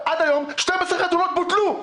עד היום 12 חתונות בוטלו.